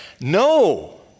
No